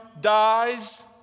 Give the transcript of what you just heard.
dies